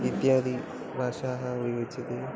इत्यादि भाषाः उच्यन्ते